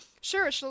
sure